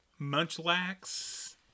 Munchlax